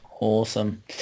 awesome